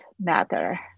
matter